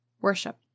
worship